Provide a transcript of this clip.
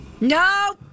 No